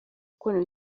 kubona